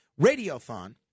Radiothon